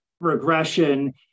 regression